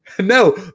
No